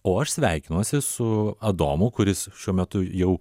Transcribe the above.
o aš sveikinuosi su adomu kuris šiuo metu jau